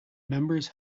members